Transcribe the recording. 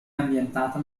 ambientata